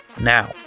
Now